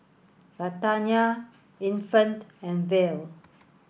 Latanya Infant and Val